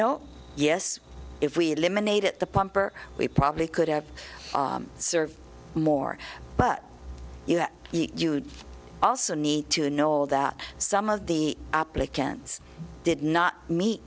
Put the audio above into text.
know yes if we eliminate at the pump or we probably could have served more but you also need to know that some of the applicants did not meet